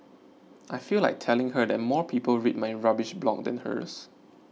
I feel like telling her that more people read my rubbish blog than hers